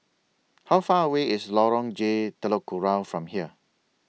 How Far away IS Lorong J Telok Kurau from here